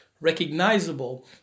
recognizable